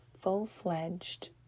full-fledged